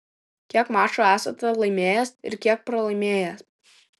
kiek mačų esate laimėjęs ir kiek pralaimėjęs